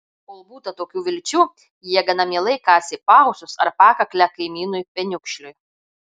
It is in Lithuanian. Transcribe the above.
kol būta tokių vilčių jie gana mielai kasė paausius ar pakaklę kaimynui peniukšliui